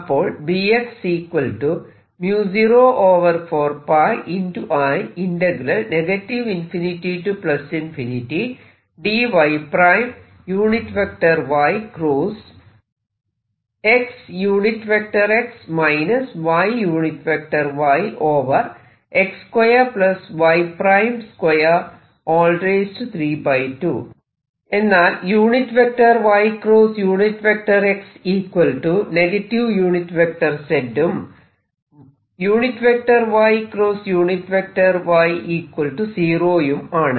അപ്പോൾ എന്നാൽ yx z ഉം yy 0 ഉം ആണ്